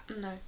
No